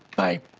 by